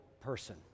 person